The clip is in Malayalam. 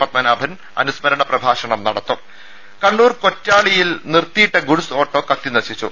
പത്മനാഭൻ അനുസ്മരണ പ്രഭാഷണം നടത്തും ടെടി കണ്ണൂർ കൊറ്റാളിയിൽ നിർത്തിയിട്ട ഗുഡ്സ് ഓട്ടോ കത്തി നശിച്ചു